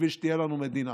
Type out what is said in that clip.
בשביל שתהיה לנו מדינה.